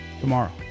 tomorrow